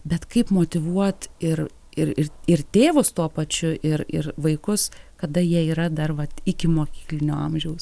bet kaip motyvuot ir ir ir ir tėvus tuo pačiu ir ir vaikus kada jie yra dar vat ikimokyklinio amžiaus